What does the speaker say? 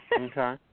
Okay